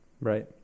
Right